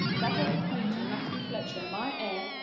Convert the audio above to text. that of acquainting matthew fletcher, my heir,